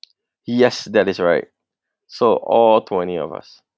yes that is right so all twenty of us